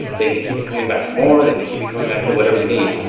they can keep you coming back for more, they can keep you coming back for whatever you need.